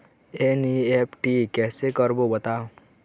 NEFT कैसे करबो बताव?